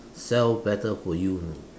sell better for you you know